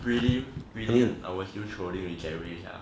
prelim prelim I was still scolding with 健伟 sia